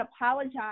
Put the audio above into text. apologize